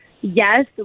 yes